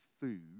food